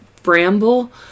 Bramble